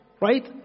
Right